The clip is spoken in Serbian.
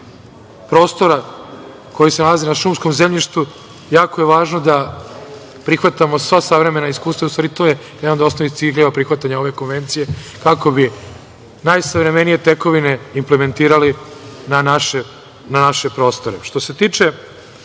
prostora koji se nalazi na šumskom zemljištu. jako je važno da prihvatamo sva savremena iskustva. To je osnovni cilj ove konvencije, kako bi najsavremenije tekovine implementirali na naše prostore. Što